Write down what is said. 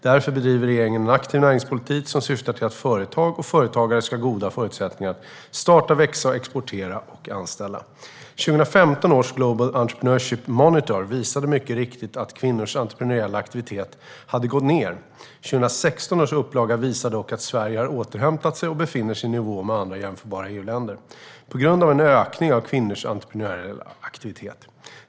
Därför bedriver regeringen en aktiv näringspolitik som syftar till att företag och företagare ska ha goda förutsättningar att starta, växa, exportera och anställa. 2015 års Global Entrepreneurship Monitor visade mycket riktigt att kvinnors entreprenöriella aktivitet hade gått ned. 2016 års upplaga visar dock att Sverige har återhämtat sig och befinner sig i nivå med andra jämförbara EU-länder på grund av en ökning av kvinnors entreprenöriella aktivitet.